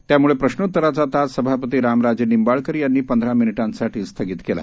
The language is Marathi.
त्यामुळे प्रश्नोत्तराचा तास सभापती रामराजे निंबाळकर यांनी पंधरा मिनिटांसाठी स्थगित केला